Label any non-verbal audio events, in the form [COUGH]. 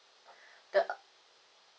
[BREATH] the